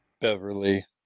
Beverly